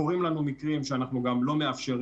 קורים לנו מקרים שאנחנו גם לא מאפשרים